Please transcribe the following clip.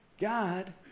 God